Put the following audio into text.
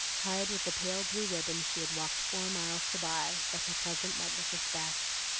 tied with the pale blue ribbon she had walked four miles to buy, that her present might look its best.